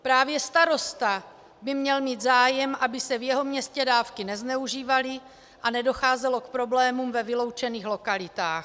Právě starosta by měl mít zájem, aby se v jeho městě dávky nezneužívaly a nedocházelo k problémům ve vyloučených lokalitách.